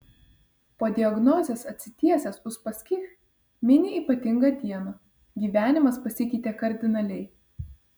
po diagnozės atsitiesęs uspaskich mini ypatingą dieną gyvenimas pasikeitė kardinaliai